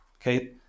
okay